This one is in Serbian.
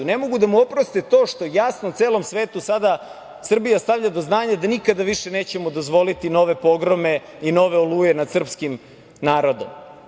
Ne mogu da mu oproste to što jasno celom svetu sada Srbija stavlja do znanja da nikada više nećemo dozvoliti nove pogrome i nove „oluje“ nad srpskim narodom.